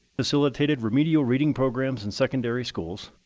facilitated remedial reading programs in secondary schools,